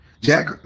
Jack